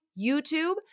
YouTube